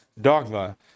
dogma